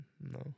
no